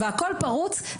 והכל פרוץ,